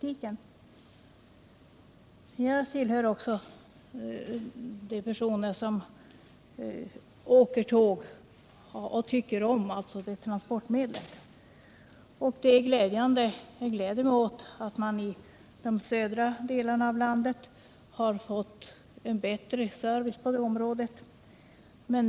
Också jag tillhör de personer som åker tåg och som tycker om detta transportmedel, och jag gläder mig åt att man i de södra delarna av landet har fått en bättre service på det området.